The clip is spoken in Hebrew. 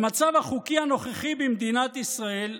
במצב החוקי הנוכחי במדינת ישראל,